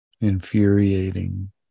infuriating